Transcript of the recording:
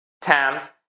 times